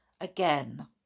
again